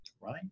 right